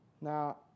Now